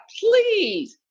please